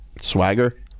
swagger